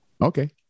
Okay